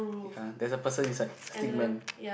ya there's a person inside Stick Man